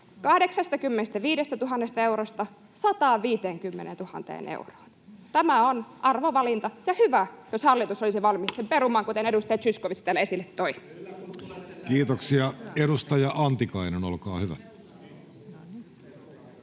85 000 eurosta 150 000 euroon? Tämä on arvovalinta, ja hyvä jos hallitus olisi valmis sen perumaan, kuten edustaja Zyskowicz täällä esille toi. [Ben Zyskowicz: Kyllä,